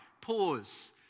pause